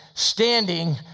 standing